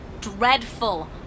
Dreadful